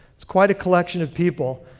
it's quite a collection of people.